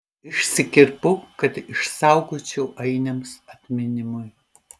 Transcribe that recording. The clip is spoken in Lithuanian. išsikirpau kad išsaugočiau ainiams atminimui